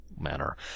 manner